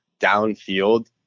downfield